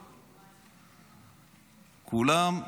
כולם,